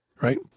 right